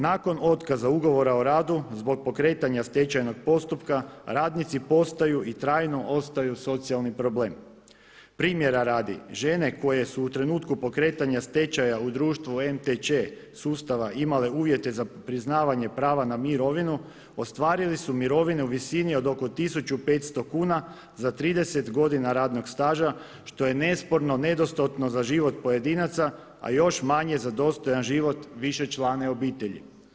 Nakon otkaza ugovora o radu zbog pokretanja stečajnog postupka, radnici postaju i trajno ostaju socijalni problem. primjera rada, žene koje su u trenutku pokretanja stečaja u društvu MTČ sustava imale uvjeta za priznavanje prava na mirovinu, ostvarili su mirovine u visini od oko 1500 kuna za 30 godina radnog staža, što je nesporno, nedostatno za život pojedinaca, a još manje za dostojan život višečlane obitelji.